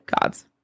gods